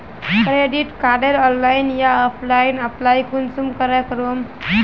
Credit कार्डेर online या offline apply कुंसम करे करूम?